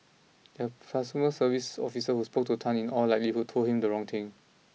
their customer service officer who spoke to Tan in all likelihood told him the wrong thing